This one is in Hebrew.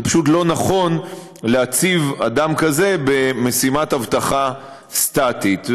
זה פשוט לא נכון להציב אדם כזה במשימת אבטחה סטטית.